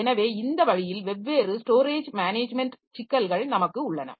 எனவே இந்த வழியில் வெவ்வேறு ஸ்டோரேஜ் மேனேஜ்மென்ட் சிக்கல்கள் நமக்கு உள்ளன